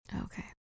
Okay